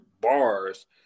bars